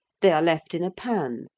they are left in a pan,